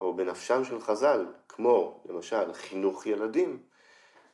‫או בנפשם של חז"ל, ‫כמו למשל חינוך ילדים.